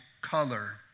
color